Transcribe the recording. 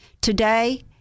Today